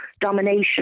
domination